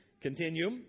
Continue